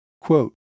Quote